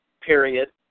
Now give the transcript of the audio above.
period